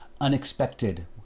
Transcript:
unexpected